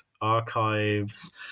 archives